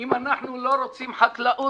אם אנחנו לא רוצים חקלאות